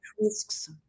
risks